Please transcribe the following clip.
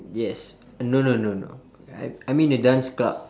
yes no no no no I~ I'm in a dance club